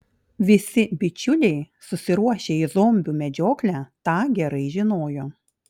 visi bičiuliai susiruošę į zombių medžioklę tą gerai žinojo